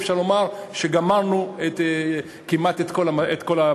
אפשר לומר שגמרנו כמעט את כל הבעיה.